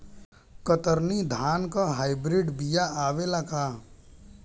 कतरनी धान क high breed बिया आवेला का?